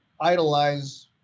idolize